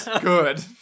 Good